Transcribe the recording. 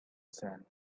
sand